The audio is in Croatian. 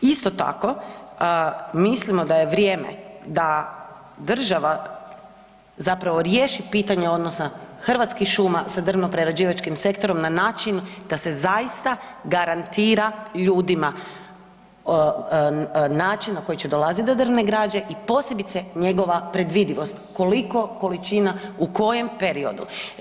Isto tako, mislimo da je vrijeme da država zapravo riješi pitanje odnosa Hrvatskih šuma sa drvno-prerađivačkim sektorom na način da se zaista garantira ljudima način na koji će dolaziti do drvne građe i posebice njegova predvidivost, koliko količina, u kojem periodu.